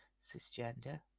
cisgender